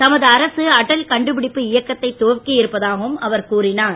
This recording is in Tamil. தமது அரசு அடல் கண்டுபிடிப்பு இயக்கத்தை துவக்கியிருப்பதாகவும் கூறினார்